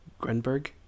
Grenberg